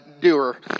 doer